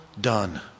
done